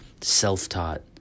self-taught